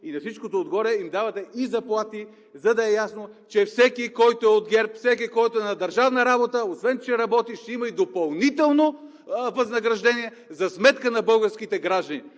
На всичкото отгоре им давате и заплати, за да е ясно, че всеки, който е от ГЕРБ, всеки, който е на държавна работа, освен че работи, ще има и допълнително възнаграждение за сметка на българските граждани.